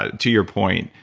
ah to your point,